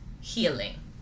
healing